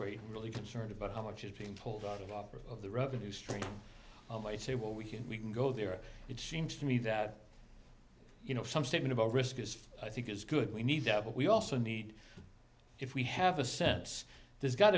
rate really concerned about how much is being pulled out a lot of the revenue stream might say well we can we can go there it seems to me that you know some statement about risk is i think is good we need that but we also need if we have a sense there's got